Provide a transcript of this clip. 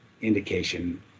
indication